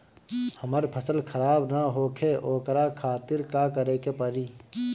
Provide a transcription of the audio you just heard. हमर फसल खराब न होखे ओकरा खातिर का करे के परी?